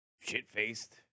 shit-faced